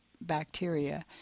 bacteria